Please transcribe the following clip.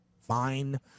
Fine